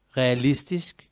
realistisk